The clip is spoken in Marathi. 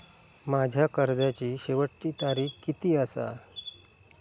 माझ्या कर्जाची शेवटची तारीख किती आसा?